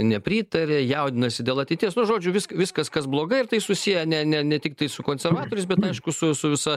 nepritaria jaudinasi dėl ateities nu žodžiu viskas kas blogai ir tai susiję ne ne ne tiktai su konservatoriais bet aišku su su visa